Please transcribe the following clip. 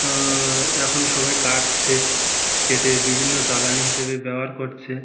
এখন সবাই কাটছে কেটে বিভিন্ন জ্বালানি হিসেবে ব্যবহার করছে